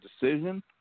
decision